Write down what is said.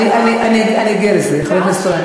אני אגיע לזה, חבר הכנסת גנאים.